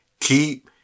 Keep